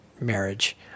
marriage